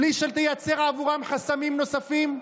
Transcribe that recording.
בלי שתייצר להם חסמים נוספים?